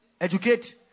educate